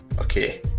Okay